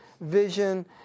vision